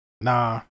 Nah